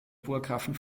burggrafen